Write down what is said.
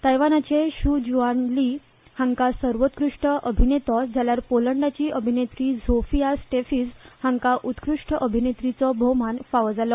तायवानाचे Zhu Shuan Li हांका सर्वोत्कृश्ट अभिनेतो जाल्यार पोलंडाची अभिनेत्री झोफिया स्टॅफिज हांकां उत्कृश्ट अभिनेत्रीचो भोवमान फावो जालो